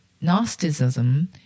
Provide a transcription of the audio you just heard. Gnosticism